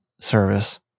service